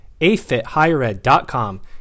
AFITHigherEd.com